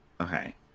Okay